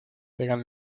pegan